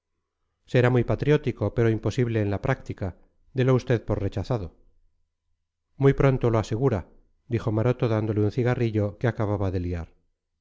será muy patriótico pero imposible en la práctica delo usted por rechazado muy pronto lo asegura dijo maroto dándole un cigarrillo que acababa de liar